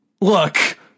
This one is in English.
look